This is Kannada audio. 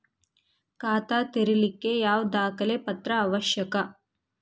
ಖಾತಾ ತೆರಿಲಿಕ್ಕೆ ಯಾವ ದಾಖಲೆ ಪತ್ರ ಅವಶ್ಯಕ?